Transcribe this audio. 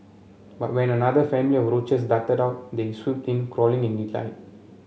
but when another family of roaches darted out they swooped in cawing in delight